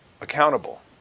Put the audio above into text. accountable